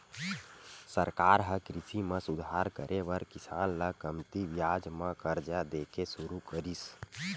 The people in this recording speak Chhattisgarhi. सरकार ह कृषि म सुधार करे बर किसान ल कमती बियाज म करजा दे के सुरू करिस